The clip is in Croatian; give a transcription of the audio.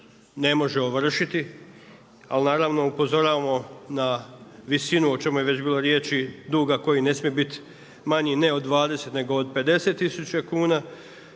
ne može ovršiti, ali naravno upozoravamo na visinu, o čemu je već bilo riječi dugo koji ne smije biti manji ne od 20 nego od 50 tisuća kuna.